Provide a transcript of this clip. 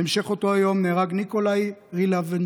בהמשך אותו היום נהרג ניקולאי רילבנצ'קו,